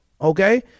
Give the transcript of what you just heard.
okay